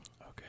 Okay